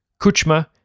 Kuchma